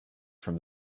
from